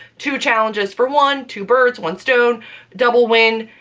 two challenges for one two birds, one stone double win.